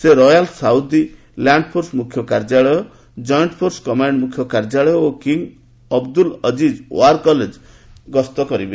ସେ royal Saudi land force ମୁଖ୍ୟ କାର୍ଯ୍ୟାଳୟ ଜଏଣ୍ଟ୍ ଫୋର୍ସ କମାଣ୍ଡ୍ ମୁଖ୍ୟ କାର୍ଯ୍ୟାଳୟ ଓ କିଙ୍ଗ୍ ଅବଦୁଲ୍ଅଜିଜ୍ ୱାର୍ କଲେଜ୍ ଗସ୍ତ କରିବେ